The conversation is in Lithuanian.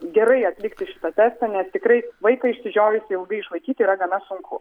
gerai atlikti šitą testą nes tikrai vaiką išsižiojusį ilgai išlaikyti yra gana sunku